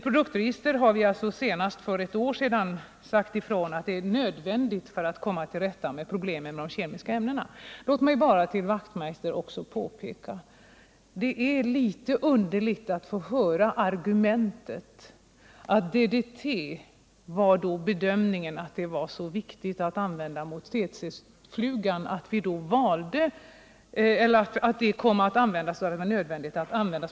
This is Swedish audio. Vi har senast för ett år sedan sagt ifrån att ett produktregister är nödvändigt för att komma till rätta med problemen med de kemiska ämnena. Det är litet underligt att från Hans Wachtmeister få höra att man gjorde bedömningen att det var nödvändigt att använda DDT mot tsetseflugan.